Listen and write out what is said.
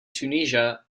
tunisia